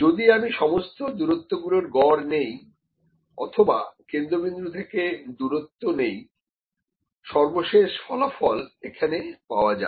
যদি আমি সমস্ত দূরত্ব গুলোর গড় নিই অথবা কেন্দ্রবিন্দু থেকে দূরত্ব নেই সর্বশেষ ফলাফল এখানে পাওয়া যাবে